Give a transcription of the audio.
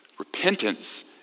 Repentance